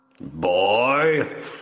Boy